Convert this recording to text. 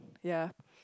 ya